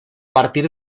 partir